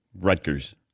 Rutgers